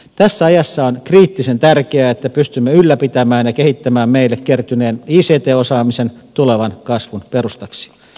tässä ajassa on kriittisen tärkeää että pystymme ylläpitämään ja kehittämään meille kertyneen ict osaamisen tulevan kasvun perustaksi